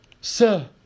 Sir